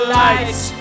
lights